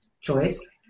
choice